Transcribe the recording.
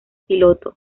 piloto